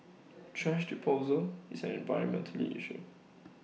thrash disposal is an environmental issue